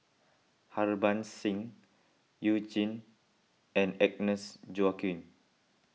Harbans Singh You Jin and Agnes Joaquim